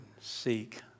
seek